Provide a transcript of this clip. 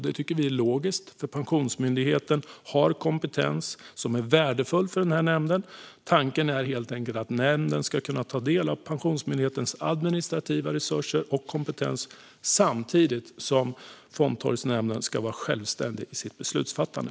Det tycker vi är logiskt, för Pensionsmyndigheten har kompetens som är värdefull för den här nämnden. Tanken är att Fondtorgsnämnden ska kunna ta del av Pensionsmyndighetens administrativa resurser och kompetens samtidigt som den ska vara självständig i sitt beslutsfattande.